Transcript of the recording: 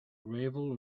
gravel